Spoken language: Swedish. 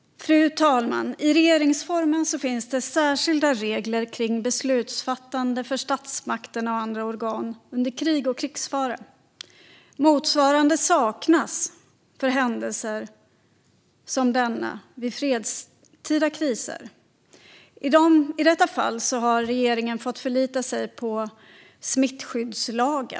Fru talman! I regeringsformen finns det särskilda regler för beslutsfattande för statsmakterna och andra organ under krig och krigsfara. Motsvarande saknas för händelser som denna vid fredstida kriser. I detta fall har regeringen fått förlita sig på smittskyddslagen.